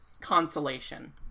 consolation